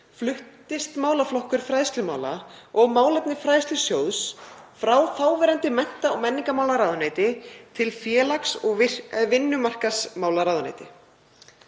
fluttist málaflokkur fræðslumála og málefni Fræðslusjóðs frá þáverandi mennta- og menningarmálaráðuneyti til félags- og vinnumarkaðsráðuneytis.